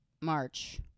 March